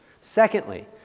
Secondly